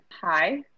Hi